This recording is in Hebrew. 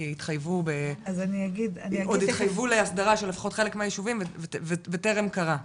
כי התחייבו עוד להסדרה של לפחות חלק מהישובים - וטרם קרה.